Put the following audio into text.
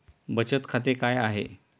बचत खाते काय आहे?